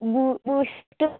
బూ బూస్టు